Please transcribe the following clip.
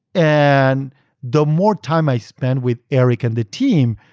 and the more time i spent with eric and the team,